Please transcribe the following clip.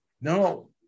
No